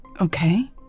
okay